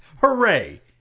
Hooray